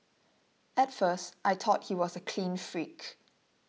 at first I thought he was a clean freak